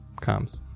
comes